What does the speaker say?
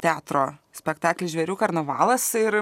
teatro spektaklis žvėrių karnavalas ir